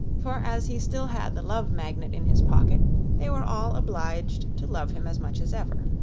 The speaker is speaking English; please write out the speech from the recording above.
for as he still had the love magnet in his pocket they were all obliged to love him as much as ever.